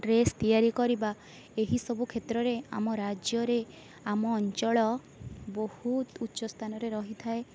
dress ତିଆରି କରିବା ଏହି ସବୁ କ୍ଷେତ୍ରରେ ଆମ ରାଜ୍ୟରେ ଆମ ଅଞ୍ଚଳ ବହୁତ ଉଚ୍ଚ ସ୍ଥାନରେ ରହିଥାଏ